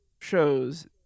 shows